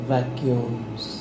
vacuums